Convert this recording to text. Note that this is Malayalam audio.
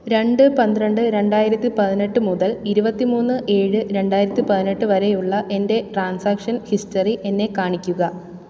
രണ്ട് പന്ത്രണ്ട് രണ്ടായിരത്തി പതിനെട്ട് മുതൽ ഇരുപത്തി മൂന്ന് ഏഴ് രണ്ടായിരത്തി പതിനെട്ട് വരെയുള്ള എന്റെ ട്രാൻസാക്ഷൻ ഹിസ്റ്ററി എന്നെ കാണിക്കുക